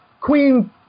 queen